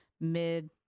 mid